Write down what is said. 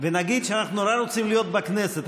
ונגיד שאנחנו נורא רוצים להיות בכנסת.